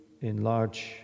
enlarge